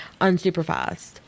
unsupervised